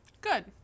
Good